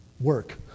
work